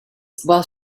while